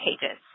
pages